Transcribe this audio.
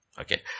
Okay